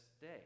day